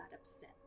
upset